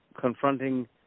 confronting